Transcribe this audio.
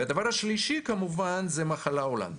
הדבר השלישי זה המחלה ההולנדית.